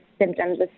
symptoms